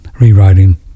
rewriting